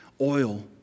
oil